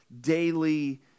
daily